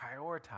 prioritize